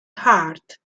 hart